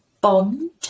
bond